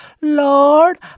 Lord